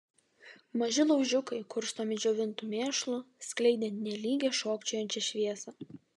maži laužiukai kurstomi džiovintu mėšlu skleidė nelygią šokčiojančią šviesą